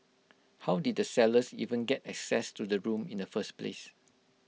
how did the sellers even get access to the room in the first place